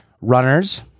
runners